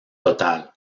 total